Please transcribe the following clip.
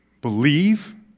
Believe